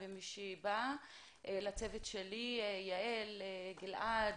לצוות שלי יעל, גלעד,